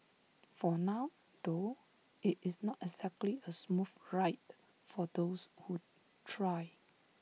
for now though IT is not exactly A smooth ride for those who try